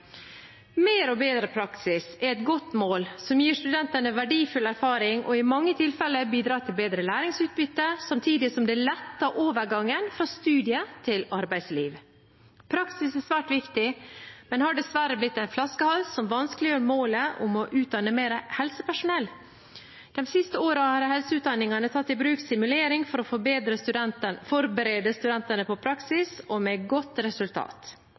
Mer og bedre praksis er et godt mål, som gir studentene verdifull erfaring og i mange tilfeller bidrar til bedre læringsutbytte, samtidig som det letter overgangen fra studiet til arbeidsliv. Praksis er svært viktig, men har dessverre blitt en flaskehals som vanskeliggjør målet om å utdanne mer helsepersonell. De siste årene har helseutdanningene tatt i bruk simulering for å forberede studentene på praksis, og med godt resultat.